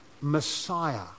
Messiah